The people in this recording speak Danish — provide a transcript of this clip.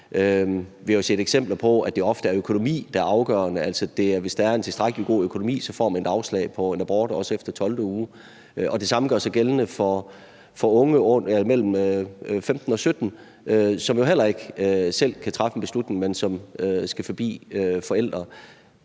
Vi har set eksempler på, at det ofte er økonomi, der er afgørende, altså at hvis der er en tilstrækkelig god økonomi, får man et afslag på en abort, også efter 12. uge, og det samme gør sig gældende for unge mellem 15 og 17 år, som jo heller ikke selv kan træffe en beslutning, men som skal forbi forældre.